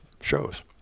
shows